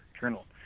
Journal